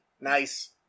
Nice